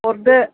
हरदो